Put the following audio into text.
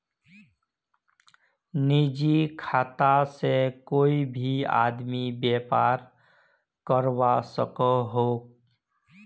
निजी खाता से कोए भी आदमी व्यापार करवा सकोहो